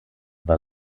war